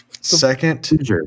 Second